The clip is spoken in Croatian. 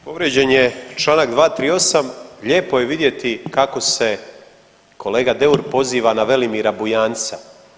Povrijeđen je Članak 238., lijepo je vidjeti kako se kolega Deur poziva na Velimira Bujanca.